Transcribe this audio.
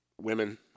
women